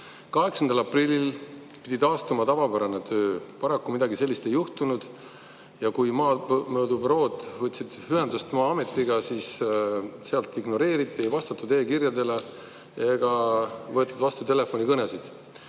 8. aprillil pidi taastuma tavapärane töö. Paraku midagi sellist ei juhtunud. Ja kui maamõõdubürood võtsid ühendust Maa-ametiga, siis seal neid ignoreeriti: ei vastatud e-kirjadele ega võetud vastu telefonikõnesid.